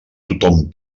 tothom